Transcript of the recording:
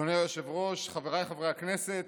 אדוני היושב-ראש, חבריי חברי הכנסת,